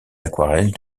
aquarelles